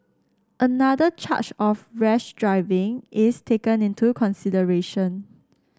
another charge of rash driving is taken into consideration